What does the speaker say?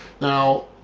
Now